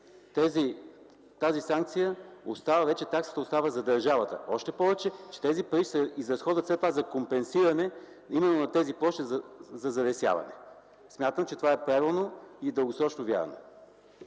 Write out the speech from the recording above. тази санкция, таксата остава за държавата. Още повече, че тези пари се изразходват все пак за компенсиране именно на тези площи за залесяване. Смятам, че това е правилно и дългосрочно вярно.